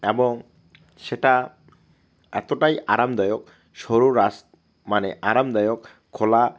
এবং সেটা এতোটাই আরামদায়ক সরু রাস মানে আরামদায়ক খোলা